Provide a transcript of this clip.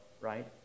right